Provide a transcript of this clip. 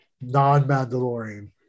non-Mandalorian